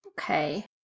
Okay